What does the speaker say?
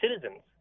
citizens